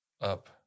up